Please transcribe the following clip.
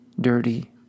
dirty